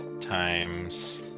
times